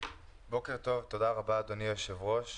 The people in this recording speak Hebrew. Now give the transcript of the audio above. בוקר טוב, תודה רבה, אדוני היושב-ראש,